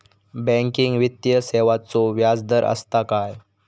Banking वित्तीय सेवाचो व्याजदर असता काय?